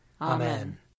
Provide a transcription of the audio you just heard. Amen